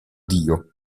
dio